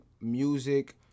music